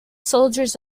soldiers